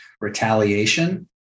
Retaliation